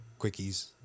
quickies